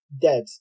Dead